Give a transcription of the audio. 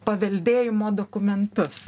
paveldėjimo dokumentus